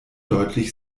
deutlich